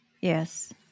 Yes